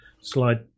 slide